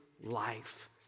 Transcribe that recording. life